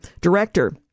director